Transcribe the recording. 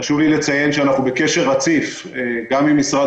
חשוב לי לציין שאנחנו בקשר רציף עם משרד